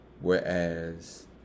whereas